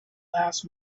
last